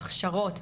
הכשרות,